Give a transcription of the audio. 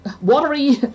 watery